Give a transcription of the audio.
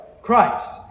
Christ